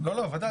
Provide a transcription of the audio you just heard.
לא, לא, ודאי.